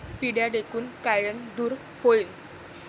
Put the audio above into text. पिढ्या ढेकूण कायनं दूर होईन?